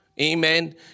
Amen